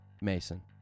Mason